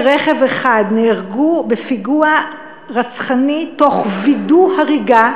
רכב אחד נהרגו בפיגוע רצחני תוך וידוא הריגה,